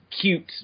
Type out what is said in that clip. cute